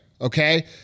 okay